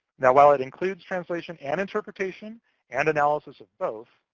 now, while it includes translation and interpretation and analysis of both,